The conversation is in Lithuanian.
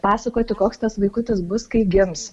pasakoti koks tas vaikutis bus kai gims